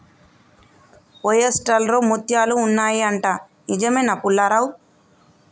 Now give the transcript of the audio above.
oyster లో ముత్యాలు ఉంటాయి అంట, నిజమేనా పుల్లారావ్